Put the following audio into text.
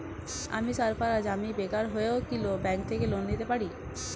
আমি সার্ফারাজ, আমি বেকার হয়েও কি ব্যঙ্ক থেকে লোন নিতে পারি?